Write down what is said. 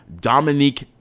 Dominique